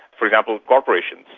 for example, corporations.